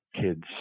kids